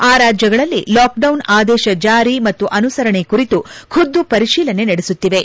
ಆ ರಾಜ್ಯಗಳಲ್ಲಿ ಲಾಕ್ಡೌನ್ ಆದೇಶ ಜಾರಿ ಮತ್ತು ಅನುಸರಣೆ ಕುರಿತು ಖುದ್ದು ಪರಿಶೀಲನೆ ನಡೆಸುತ್ತಿವೆ